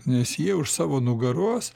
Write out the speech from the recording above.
nes jie už savo nugaros